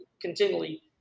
continually